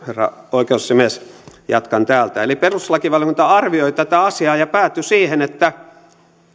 herra oikeusasiamies jatkan täältä eli perustuslakivaliokunta arvioi tätä asiaa ja päätyi siihen että